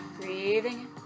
breathing